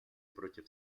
против